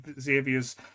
Xavier's